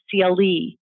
CLE